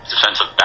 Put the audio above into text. Defensive